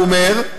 הוא אומר,